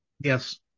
Yes